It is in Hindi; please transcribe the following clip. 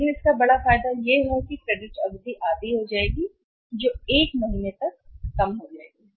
लेकिन इसका बड़ा फायदा है वह यह है कि क्रेडिट अवधि आधी हो जाएगी जो 1 महीने तक कम हो जाएगी